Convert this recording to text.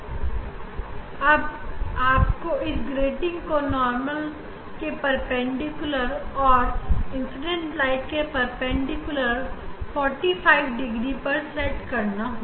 जो कि मैं नहीं करुंगा अब आपको इस ग्रेटिंग को नॉर्मल के परपेंडिकुलर और इंसिडेंट लाइट के परपेंडिकुलर 45 डिग्री पर सेट करना है